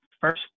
first